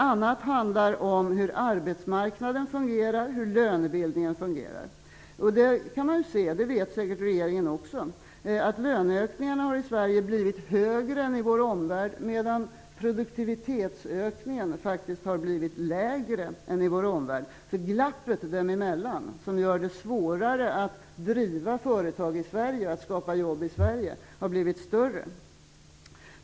Annat handlar om hur arbetsmarknaden och lönebildningen fungerar. Man kan se att lönerna i Sverige har blivit högre än i vår omvärld medan produktivitetsökningen faktiskt har blivit lägre. Detta vet säkert regeringen också. Glappet däremellan, som gör det svårare att driva företag och att skapa jobb i Sverige, har blivit större.